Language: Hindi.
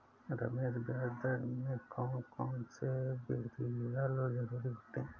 रमेश ब्याज दर में कौन कौन से वेरिएबल जरूरी होते हैं?